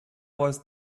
was